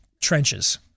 trenches